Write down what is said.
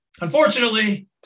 unfortunately